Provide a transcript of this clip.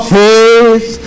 faith